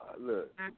look